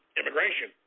immigration